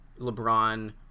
LeBron